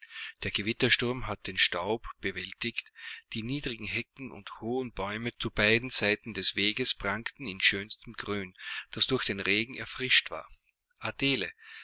der gewittersturm hatte den staub bewältigt die niedrigen hecken und hohen bäume zu beiden seiten des weges prangten in schönstem grün das durch den regen erfrischt war adele